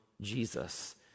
Jesus